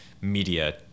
media